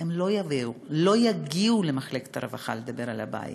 הם לא יגיעו למחלקת הרווחה לדבר על הבעיה,